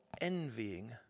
envying